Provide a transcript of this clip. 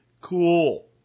cool